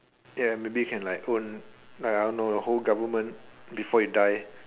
ya maybe can like own like I don't know the whole government before you die